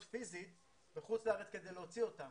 פיזית בחוץ לארץ כדי להוציא את המסמכים.